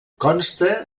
consta